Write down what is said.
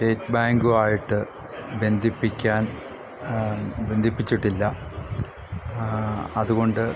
state ബാങ്കുമായിട്ട് ബന്ധിപ്പിക്കാൻ ബന്ധിപ്പിച്ചിട്ടില്ല അതുകൊണ്ട്